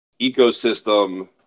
ecosystem